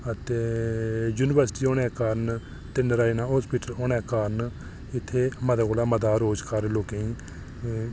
ते युनिवर्सिटी होने दे कारण ते नारायणा हॉस्पिटल होने दे कारण इत्थै मते कोला मता रोजगार लोकें गी